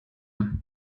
tom